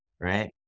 right